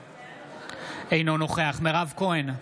אינו נוכח מירב כהן,